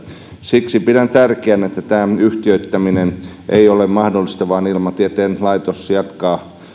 siksi pidän tärkeänä että yhtiöittäminen ei ole mahdollista vaan ilmatieteen laitos jatkaa